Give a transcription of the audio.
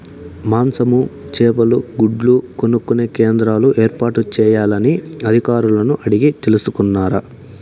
మాంసము, చేపలు, గుడ్లు కొనుక్కొనే కేంద్రాలు ఏర్పాటు చేయాలని అధికారులను అడిగి తెలుసుకున్నారా?